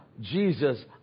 Jesus